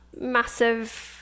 massive